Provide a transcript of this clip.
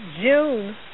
June